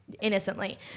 innocently